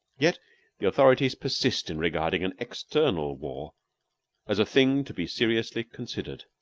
yet the authorities persist in regarding an external war as a thing to be seriously considered.